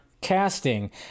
casting